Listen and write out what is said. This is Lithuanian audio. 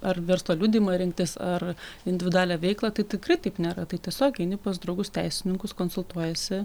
ar verslo liudijimą rinktis ar individualią veiklą tai tikrai taip nėra tai tiesiog eini pas draugus teisininkus konsultuojiesi